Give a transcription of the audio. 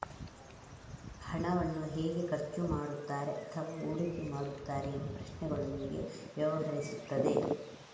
ಹಣವನ್ನು ಹೇಗೆ ಖರ್ಚು ಮಾಡುತ್ತಾರೆ ಅಥವಾ ಹೂಡಿಕೆ ಮಾಡುತ್ತಾರೆ ಎಂಬ ಪ್ರಶ್ನೆಗಳೊಂದಿಗೆ ವ್ಯವಹರಿಸುತ್ತದೆ